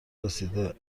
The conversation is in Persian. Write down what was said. رسیده